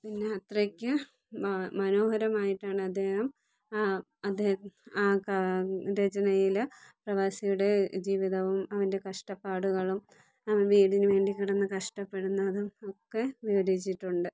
പിന്നെ അത്രക്ക് മ മനോഹരമായിട്ടാണ് അദ്ദേഹം ആ അദ്ദേഹം ആ കാ രചനയിൽ പ്രവാസിയുടെ ജീവിതവും അവൻ്റെ കഷ്ടപ്പാടുകളും അവൻ വീടിന് വേണ്ടി കിടന്ന് കഷ്ടപ്പെടുന്നതും ഒക്കെ വിവരിച്ചിട്ടുണ്ട്